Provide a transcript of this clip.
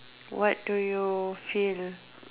what do you feel